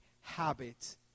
habit